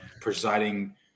presiding